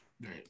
Right